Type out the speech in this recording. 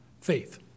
faith